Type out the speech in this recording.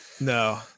No